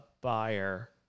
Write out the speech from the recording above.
buyer